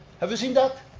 have you seen that?